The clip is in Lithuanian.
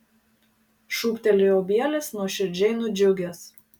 šūktelėjo bielis nuoširdžiai nudžiugęs